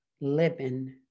living